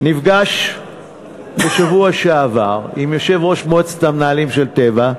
נפגש בשבוע שעבר עם יושב-ראש מועצת המנהלים של "טבע"